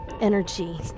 energy